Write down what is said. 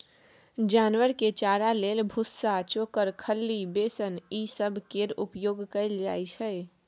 जानवर के चारा लेल भुस्सा, चोकर, खल्ली, बेसन ई सब केर उपयोग कएल जाइ छै